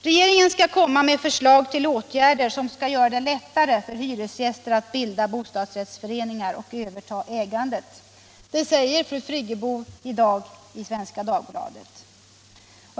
Regeringen skall komma med förslag till åtgärder som skall lättare för hyresgäster att bilda bostadsrättsföreningar och överta ägandet, säger fru Friggebo i dag i Svenska Dagbladet.